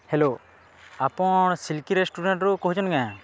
hello ଆପଣ Silky ରେଷ୍ଟୁରାଣ୍ଟ୍ରୁ କହୁଚନ୍ କାଏଁ